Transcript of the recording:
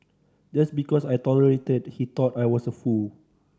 just because I tolerated he thought I was a fool